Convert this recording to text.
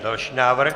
Další návrh.